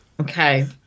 Okay